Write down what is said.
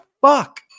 fuck